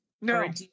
no